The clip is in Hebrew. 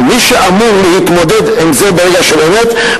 ומי שאמור להתמודד עם זה ברגע של אמת,